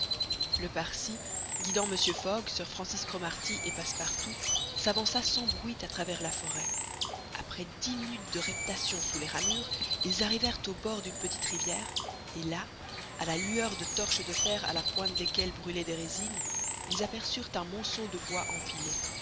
le parsi guidant mr fogg sir francis cromarty et passepartout s'avança sans bruit à travers la forêt après dix minutes de reptation sous les ramures ils arrivèrent au bord d'une petite rivière et là à la lueur de torches de fer à la pointe desquelles brûlaient des résines ils aperçurent un monceau de bois empilé